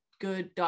good